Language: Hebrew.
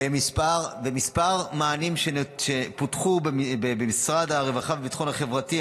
כמה מענים שפותחו במשרד הרווחה והביטחון החברתי,